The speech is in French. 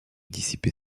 dissiper